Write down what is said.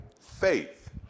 faith